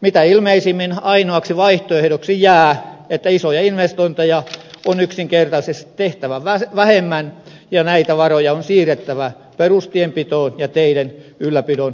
mitä ilmeisimmin ainoaksi vaihtoehdoksi jää että isoja investointeja on yksinkertaisesti tehtävä vähemmän ja näitä varoja on siirrettävä perustienpitoon ja teiden ylläpidon rahoitukseen